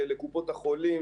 לקופות החולים,